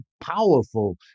powerful